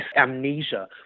amnesia